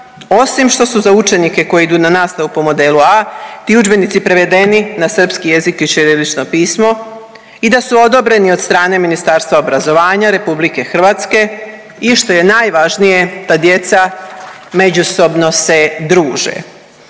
osim što su za učenike koji idu na nastavu po modelu A ti udžbenici prevedeni na srpski jezik i ćirilično pismo i da su odobreni od strane Ministarstva obrazovanja RH i što je najvažnije da djeca međusobno se druže.